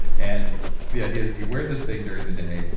and the idea is you wear this thing during the day,